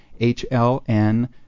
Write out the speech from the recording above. hln